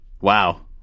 Wow